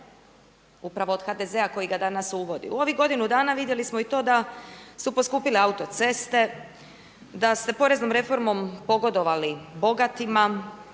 upravo od HDZ-a koji ga danas uvodi. U ovih godinu dana vidjeli smo i to da su poskupjele autoceste, da ste poreznom reformom pogodovali bogatima,